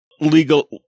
legal